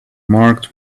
marked